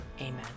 Amen